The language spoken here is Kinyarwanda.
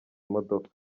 imodoka